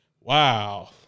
Wow